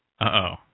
Uh-oh